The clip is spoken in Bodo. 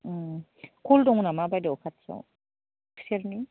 कल दङ नामा बायद' खाथियाव खुसेरनि